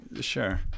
Sure